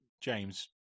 James